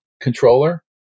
controller